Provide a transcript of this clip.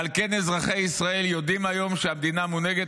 ועל כן אזרחי ישראל יודעים היום שהמדינה מונהגת